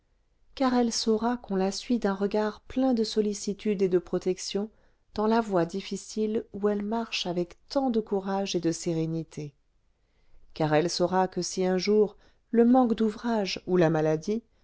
car elle saura qu'on la suit d'un regard plein de sollicitude et de protection dans la voie difficile où elle marche avec tant de courage et de sérénité car elle saura que si un jour le manque d'ouvrage ou la maladie